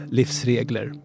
livsregler